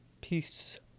Peace